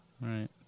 Right